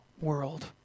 world